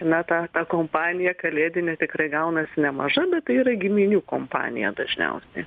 na ta ta kompanija kalėdinė tikrai gaunasi nemaža bet tai yra giminių kompanija dažniausiai